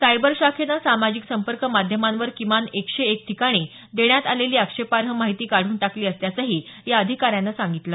cyber शाखेनं सामाजिक संपर्क माध्यमांवर किमान एकशे एक ठिकाणी देण्यात आलेली आक्षेपार्ह माहिती काढून टाकली असल्याचंही या अधिकाऱ्यानं सांगितलं